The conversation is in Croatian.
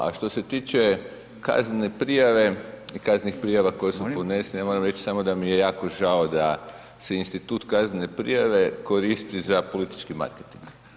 A što se tiče kaznene prijave i kaznenih prijava koje su podnesene, ja moram reći samo da mi je jako žao da se institut kaznene prijave koristi za politički marketing.